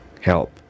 help